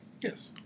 Yes